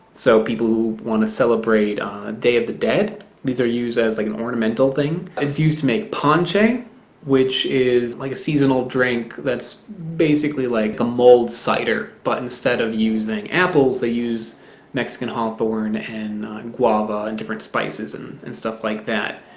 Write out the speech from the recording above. so people who want to celebrate a day of the dead these are used as like an ornamental thing. it is used to make ponche which is like a seasonal drink that's basically like a mulled cider. but instead of using apples they use mexican hawthorn and guava and different spices and and stuff like that.